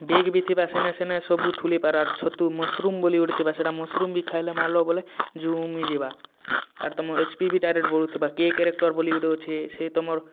bag ବି ଥିବା ସେନେ ସେନେ ସବୁ ଠୁଲି ପାରାର ଛତୁ ମସ୍ରୁମ୍ ବୋଲି ଗୋଟେ ଥିବା ସେଇଟା ମସ୍ରୁମ୍ ବି ଥାଇଲେ ମାଲା ବୋଲେ ଝୁମି ଯିବା ଆର୍ ତୁମ ଏଚ୍ ପି ବି ବଢ଼ୁଥିବା କେ କାରେକ୍ଟର୍ ବୋଲି ଗୁଟେ ଅଛେ ସେ ତୁମର